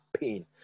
pain